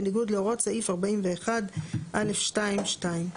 בניגוד להוראות סעיף 41(א2)(2).